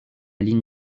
ligne